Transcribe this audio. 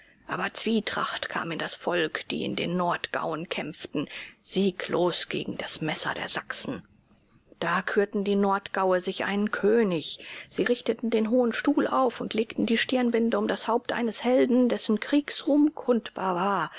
aber zwietracht kam in das volk die in den nordgauen kämpften sieglos gegen das messer der sachsen da kürten die nordgaue sich einen könig sie richteten den hohen stuhl auf und legten die stirnbinde um das haupt eines helden dessen kriegsruhm kundbar war